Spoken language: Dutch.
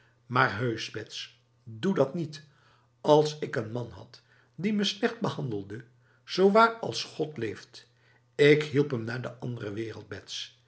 maar heus bets doe dat niet als ik een man had die me slecht behandelde zowaar als god leeft ik hielp hem naar de andere wereld bets